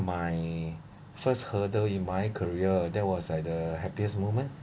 my first hurdle in my career that was like the happiest moment